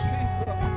Jesus